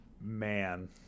Man